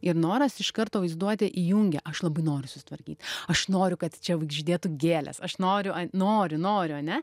ir noras iš karto vaizduotė įjungia aš labai noriu susitvarkyt aš noriu kad čia žydėtų gėlės aš noriu a noriu noriu ane